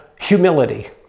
humility